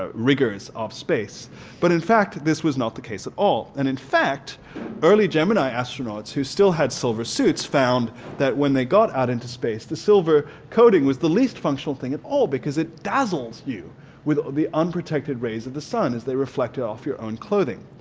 ah rigors of space but in fact this was not the case at all. and in fact early gemini astronauts who still had silver suits found that when they got out into space the silver coating was the least functional thing of all because it dazzles you with the unprotected rays of the sun as they reflected off your own clothing.